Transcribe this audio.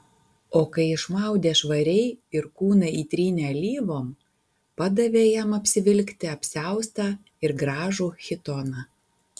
o kai išmaudė švariai ir kūną įtrynė alyvom padavė jam apsivilkti apsiaustą ir gražų chitoną